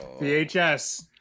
VHS